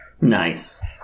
Nice